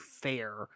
fair